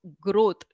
growth